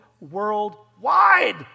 worldwide